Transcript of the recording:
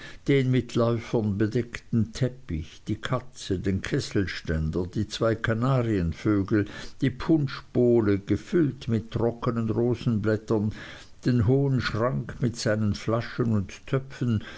den mit läufern bedeckten teppich die katze den kesselständer die zwei kanarienvögel die punschbowle gefüllt mit trocknen rosenblättern den hohen schrank mit seinen flaschen und töpfen